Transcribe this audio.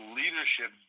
leadership